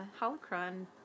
holocron